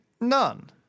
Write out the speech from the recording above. none